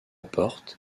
porte